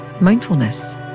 mindfulness